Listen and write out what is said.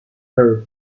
per